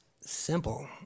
simple